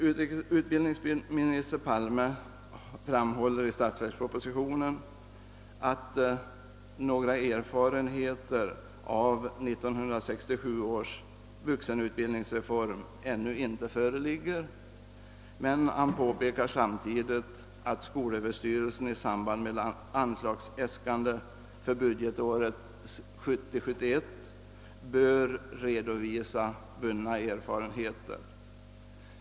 Utbildningsminister Palme framhåller i statsverkspropositionen att några erfarenheter av 1967 års vuxenutbildningsreform ännu inte har vunnits, men han påpekar samtidigt att skolöverstyrelsen i samband med anslagsäskandena för budgetåret 1970/71 bör redovisa vunna erfarenheter.